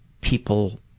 people